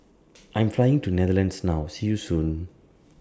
I'm Flying to Netherlands now See YOU Soon